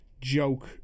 joke